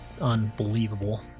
unbelievable